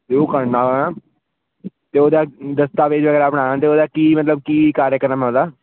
ਅਤੇ ਉਹ ਕਰਣਾ ਵਾ ਤਾਂ ਉਹਦਾ ਦਸਤਾਵੇਜ਼ ਵਗੈਰਾ ਬਣਾਉਣਾ ਅਤੇ ਉਹਦਾ ਕੀ ਮਤਲਬ ਕੀ ਕਾਰਿਆਕਰਮ ਉਹਦਾ